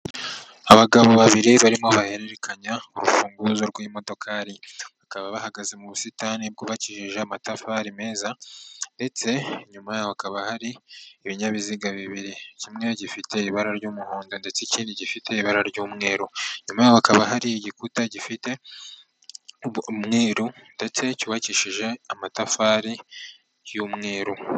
Abagabo babiri barimo bahererekanya urufunguzo rw'imodokari, bakaba bahagaze mu busitani bwubakijije amatafari meza ndetse inyuma yaho hakaba hari ibinyabiziga bibiri, kimwe gifite ibara ry'umuhondo ndetse ikindi gifite ibara ry'umweru. Inyuma yaho hakaba hari igikuta gifite umweru ndetse cyubakishije amatafari y'umweru.